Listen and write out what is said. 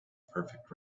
perfect